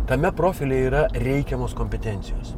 tame profilyje yra reikiamos kompetencijos